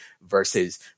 versus